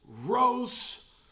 rose